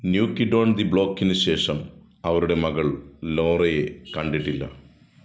new kid on the ബ്ലോക്കിന് ശേഷം അവരുടെ മകൾ ലോറയെ കണ്ടിട്ടില്ല